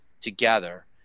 together